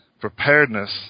preparedness